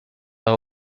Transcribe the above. are